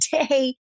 today